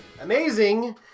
Amazing